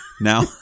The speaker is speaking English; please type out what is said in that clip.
Now